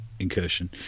incursion